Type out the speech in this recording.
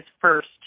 first